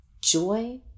joy